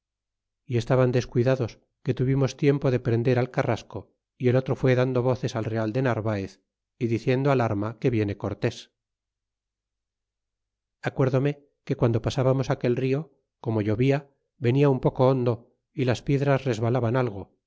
y estaban descuidados que tuvimos tiempo de prender al carrasco y el otro fuó dando voces al real de narvaez y diciendo al arma que viene cortés acuérdome que guando pasábamos aquel rio como llovia venia un poco hondo y las piedras resbalaban algo